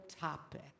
topic